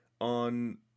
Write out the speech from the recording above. on